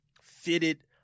fitted